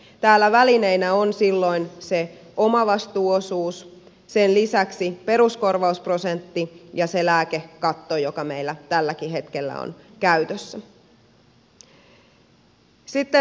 täällä välineinä on silloin se omavastuuosuus sen lisäksi peruskorvausprosentti ja se lääkekatto joka meillä tälläkin hetkellä on käytössä